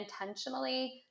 intentionally